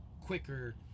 quicker